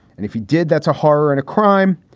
and if he did, that's a horror and a crime.